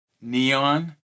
Neon